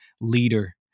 leader